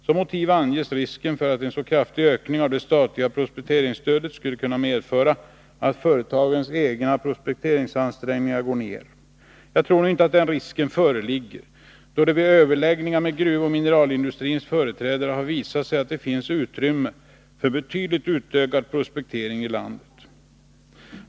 Som motiv anges risken för att en så kraftig ökning av det statliga prospekteringsstödet skulle medföra att företagens egna prospekteringsansträngningar minskar. Jag tror inte att den risken föreligger, då det vid överläggningen med gruvoch mineralindustrins företrädare visat sig att det finns utrymme för betydligt utökad prospektering i landet.